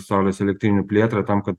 saulės elektrinių plėtrą tam kad